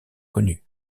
connues